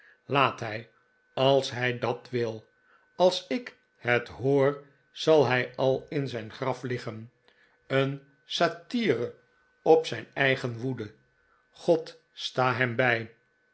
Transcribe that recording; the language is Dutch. voegenlaat hij als hij dat will als ik het hoor zal hij al in zijn graf liggen een satire op zijn eigen woede god sta hem bij